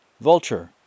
Vulture